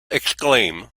exclaim